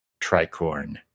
tricorn